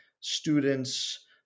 students